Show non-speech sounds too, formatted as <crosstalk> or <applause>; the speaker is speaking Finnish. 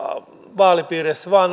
vaalipiireissä vain <unintelligible>